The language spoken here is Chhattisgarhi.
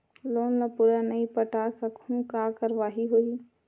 लोन ला पूरा नई पटा सकहुं का कारवाही होही?